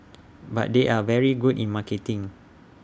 but they are very good in marketing